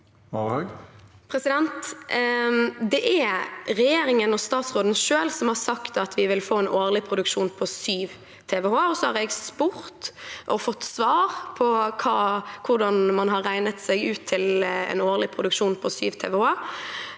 Det er regjeringen og statsråden selv som har sagt at vi vil få en årlig produksjon på 7 TWh, og så har jeg spurt og fått svar på hvordan man har regnet seg fram til en årlig produksjon på 7 TWh.